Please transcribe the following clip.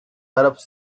arabs